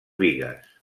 bigues